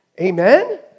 Amen